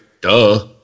duh